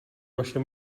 vaše